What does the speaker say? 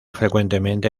frecuentemente